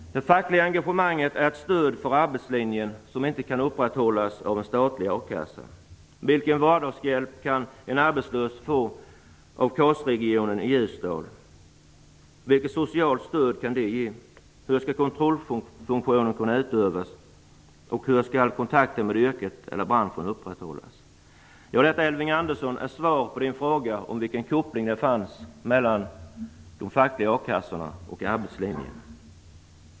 Det fackliga engagemanget är ett stöd för arbetslinjen som inte kan upprätthållas av en statlig akassa. Vilken vardagshjälp kan en arbetslös få av KAS-regionen i Ljusdal? Vilket socialt stöd kan det ge? Hur skall kontrollfunktionen kunna utövas? Och hur skall kontakten med yrket eller branschen upprätthållas? Detta, Elving Andersson, är svar på frågan om vilken koppling det fanns mellan de fackliga akassorna och arbetslinjen.